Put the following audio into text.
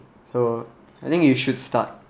so I think you should start